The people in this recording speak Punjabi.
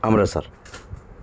ਅੰਮ੍ਰਿਤਸਰ